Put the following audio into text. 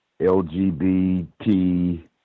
LGBT